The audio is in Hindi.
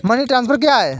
मनी ट्रांसफर क्या है?